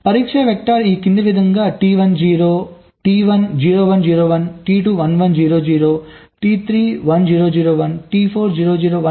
పరీక్ష వెక్టర్స్ ఈ క్రింది విధంగా T1 0 1 0 1 T2 1 1 0 0 T3 1 0 0 1 T4 0 0 1 1 ఉన్నాయని అనుకుందాం